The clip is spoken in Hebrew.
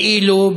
כאילו,